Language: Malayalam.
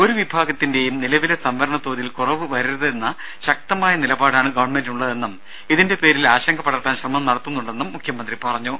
ഒരു വിഭാഗത്തിന്റേയും നിലവിലെ സംവരണതോതിൽ കുറവ് വരരുതെന്ന ശക്തമായ നിലപാടാണ് ഗവൺമെന്റിനുള്ളതെന്നും ഇതിന്റെ പേരിൽ ആശങ്കപടർത്താൻ ശ്രമം നടത്തുന്നുണ്ടെന്നും മുഖ്യമന്ത്രി പറഞ്ഞു